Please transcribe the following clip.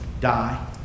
die